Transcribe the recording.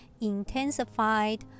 intensified